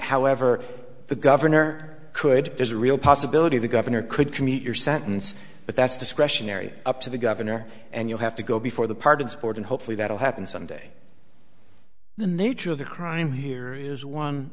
however the governor could there's a real possibility the governor could commit your sentence but that's discretionary up to the governor and you have to go before the pardons board and hopefully that'll happen someday the nature of the crime here is